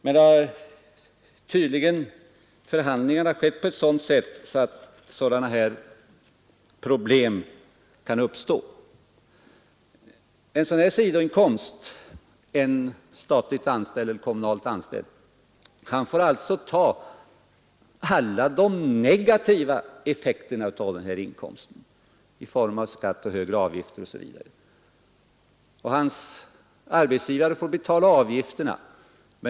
Men tydligen har förhandlingarna skett på ett sådant sätt att problem av det här slaget kan uppstå. En statseller kommunalanställd som har sidoinkomster får alltså ta alla de negativa effekterna av sådana inkomster i form av högre skatt och avgifter osv. och hans arbetsgivare får betala avgifter till ATP.